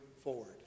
forward